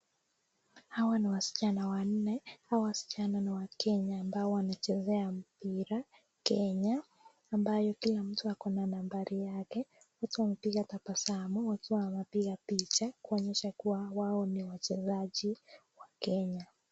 Hawa ni wasichana wanne, hawa wasichana ni wa Kenya ambao wanachezea mpira Kenya ambayo kila mtu ako na nambari yake, huku akipiga tabasamu wakiwa wanapiga picha kuonyesha kuwa wao ni wachezaji wa Kenya.